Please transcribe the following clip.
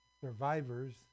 survivors